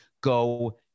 go